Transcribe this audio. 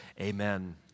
amen